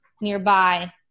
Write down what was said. nearby